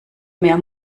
mehr